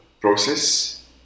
process